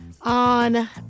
on